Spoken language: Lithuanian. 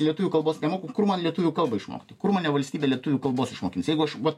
lietuvių kalbos nemoku kur man lietuvių kalbą išmokti kur mane valstybė lietuvių kalbos išmokins jeigu aš va